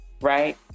right